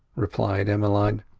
replied emmeline.